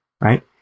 right